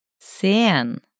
sen